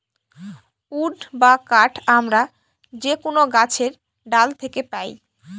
would বা কাঠ আমরা যে কোনো গাছের ডাল থাকে পাই